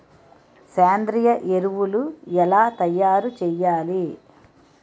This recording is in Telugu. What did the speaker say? సేంద్రీయ ఎరువులు ఎలా తయారు చేయాలి?